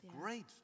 Great